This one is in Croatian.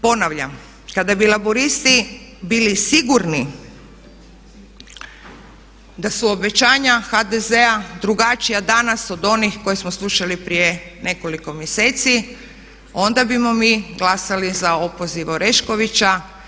Ponavljam, kada bi laburisti bili sigurni da su obećanja HDZ-a drugačija danas od onih koje smo slušali prije nekoliko mjeseci onda bismo mi glasali za opoziv Oreškovića.